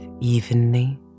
evenly